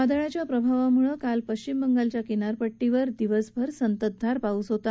वादळाच्या प्रभावामुळे काल पश्चिम बंगालच्या किनारपट्टीवर काल दिवसभर संततधार पाऊस होता